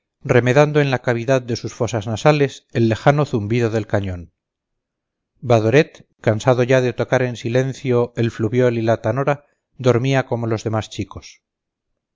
remedando en la cavidad de sus fosas nasales el lejano zumbido del cañón badoret cansado ya de tocar en silencio el fluviol y la tanora dormía como los demás chicos